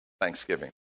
Thanksgiving